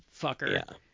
fucker